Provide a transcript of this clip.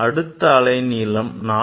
அடுத்த அலை நீளம் 486